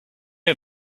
her